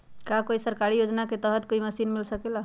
का कोई सरकारी योजना के तहत कोई मशीन मिल सकेला?